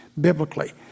biblically